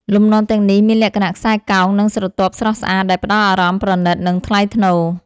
លំនាំទាំងនេះមានលក្ខណៈខ្សែកោង និងស្រទាប់ស្រស់ស្អាត ដែលផ្តល់អារម្មណ៍ប្រណីត និងថ្លៃថ្នូរ